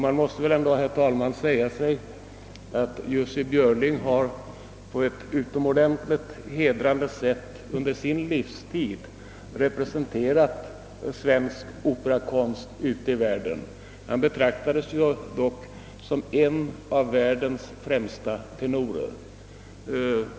Men Jussi Björling har ju ändå på ett utomordentligt hedrande sätt under sin livstid representerat svensk operakonst ute i världen och betraktades som en av världens främsta tenorer.